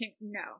No